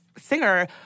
singer